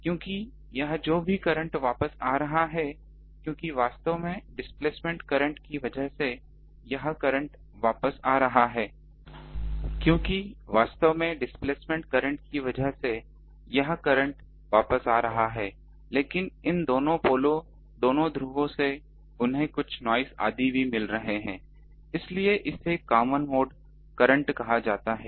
क्योंकि यह जो भी करंट वापस आ रहा है क्योंकि वास्तव में डिस्प्लेसमेंट करंट की वजह से यहां करंट वापस आ रहा है लेकिन इन दोनों पोलो दोनों ध्रुवों से उन्हें कुछ नॉइस आदि भी मिल रहे हैं इसलिए इसे कॉमन मोड करंट कहा जाता है